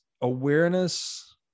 awareness